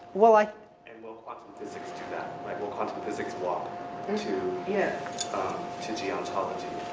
well i and will quantum physics do that? like will quantum physics walk and to yeah to geontology.